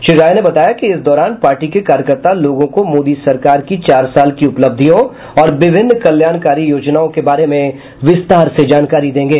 श्री राय ने बताया कि इस दौरान पार्टी के कार्यकर्ता लोगों को मोदी सरकार की चार साल की उपलब्धियों और विभिन्न कल्याणकारी योजनाओं के बारे में विस्तार से जानकारी देंगे